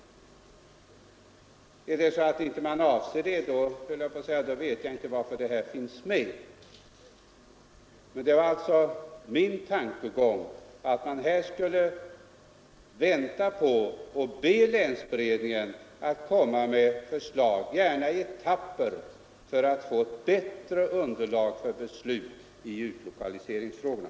Är det så att man inte avser det vet jag inte varför det avsnittet finns med i reservationen. Min tankegång var alltså att man här skulle vänta på förslag från länsberedningen — och be länsberedningen att lägga fram förslag, gärna i etapper — för att få ett bättre underlag för beslut i utlokaliseringsfrågan.